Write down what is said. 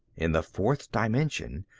in the fourth dimension,